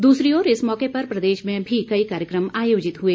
दूसरी ओर इस मौके पर प्रदेश में भी कई कार्यक्रम आयोजित हुए